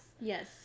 Yes